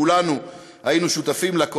שכולנו היינו שותפים לה,